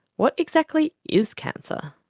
what exactly is cancer?